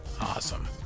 Awesome